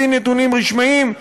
לפי נתונים רשמיים,